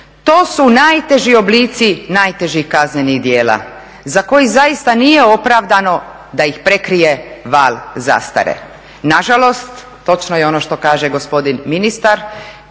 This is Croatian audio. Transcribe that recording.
To su najteži oblici najtežih kaznenih djela za koje zaista nije opravdano da ih prekrije val zastare. Nažalost, točno je ono što kaže gospodin ministar,